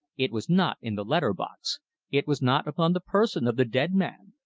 it was not in the letter-box it was not upon the person of the dead man.